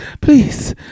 Please